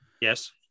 Yes